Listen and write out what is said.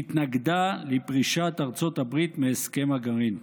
והתנגדה לפרישת ארצות הברית מהסכם הגרעין.